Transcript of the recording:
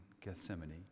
Gethsemane